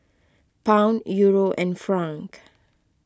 Pound Euro and franc